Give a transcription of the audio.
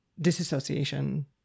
disassociation